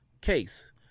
case